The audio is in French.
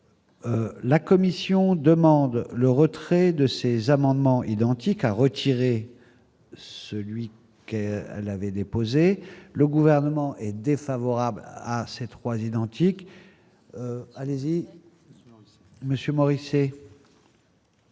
la commission demande le retrait de ces amendements identiques à retirer celui qu'elle avait déposé, le gouvernement est défavorable à ces trois identique Alesi Monsieur Morisset.